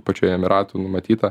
pačioj emyratų numatyta